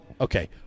Okay